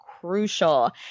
crucial